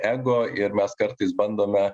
ego ir mes kartais bandome